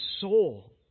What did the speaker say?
soul